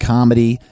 Comedy